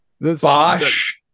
Bosch